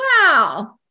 Wow